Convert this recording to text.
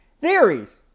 theories